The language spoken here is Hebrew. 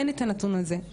אין את הנתון הזה.